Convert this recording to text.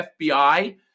FBI